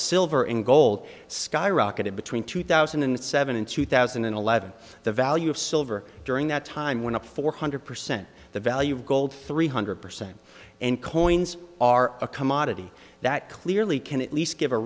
silver and gold skyrocketed between two thousand and seven and two thousand and eleven the value of silver during that time went up four hundred percent the value of gold three hundred percent and coins are a commodity that clearly can at least give a